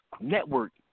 network